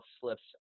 slips